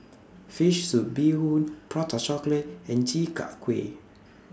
Fish Soup Bee Hoon Prata Chocolate and Chi Kak Kuih